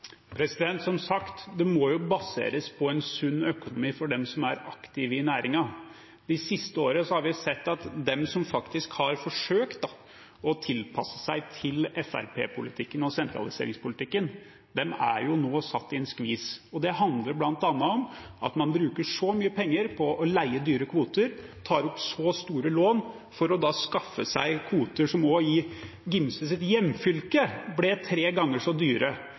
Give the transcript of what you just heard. Som sagt: Det må baseres på en sunn økonomi for dem som er aktive i næringen. De siste årene har vi sett at de som faktisk har forsøkt å tilpasse seg til Fremskrittsparti-politikken og sentraliseringspolitikken, nå er satt i en skvis. Det handler bl.a. om at man bruker så mye penger på å leie dyre kvoter, og tar opp så store lån for å skaffe seg kvoter som – også i Gimses hjemfylke – ble tre ganger så dyre.